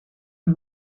een